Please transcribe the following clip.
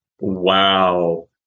Wow